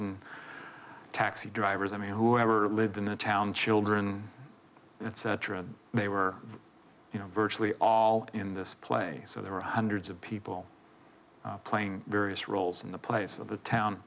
and taxi drivers i mean whoever lived in the town children etc they were you know virtually all in this play so there were hundreds of people playing various roles in the place of the town